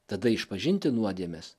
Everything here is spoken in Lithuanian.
tada išpažinti nuodėmes